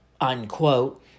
unquote